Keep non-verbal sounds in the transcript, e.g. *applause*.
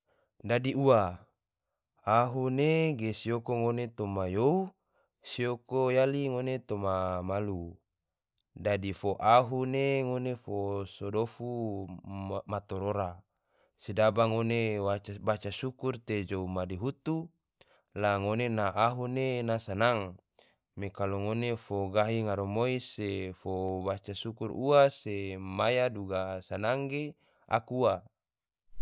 Dadi ua, ahu ne ge siyoko ngone toma you, siyoko yali ngone toma alu, dadi fo ahu ne, ngone fo so dofu matorora, sedaba ngone baca syukur te jou madihutu, la ngone na ahu ne ena ena sanang, me kalo ngone fo gahi garamoi se fo baca syukur ua se maya duga sanang ge aku ua. *noise*